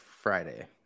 Friday